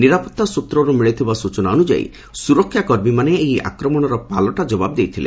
ନିରାପତ୍ତା ସୂତ୍ରରୁ ମିଳିଥିବା ସୂଚନା ଅନୁଯାୟୀ ସୁରକ୍ଷା କର୍ମୀମାନେ ଏହି ଆକ୍ରମଣର ପାଲଟା ଜବାବ୍ ଦେଇଥିଲେ